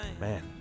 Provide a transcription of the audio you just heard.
Man